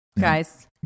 Guys